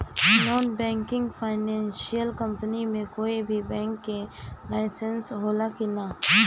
Non banking financial company मे कोई भी बैंक के लाइसेन्स हो ला कि ना?